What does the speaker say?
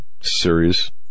series